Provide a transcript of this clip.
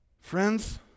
Friends